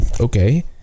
okay